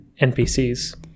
npcs